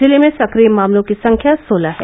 जिले में सक्रिय मामलों की संख्या सोलह है